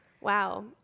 Wow